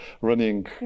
running